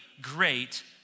great